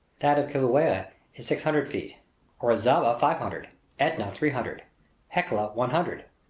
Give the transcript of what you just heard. that of kilauea is six hundred feet orizaba, five hundred etna, three hundred hecla, one hundred.